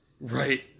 Right